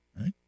right